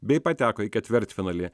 bei pateko į ketvirtfinalį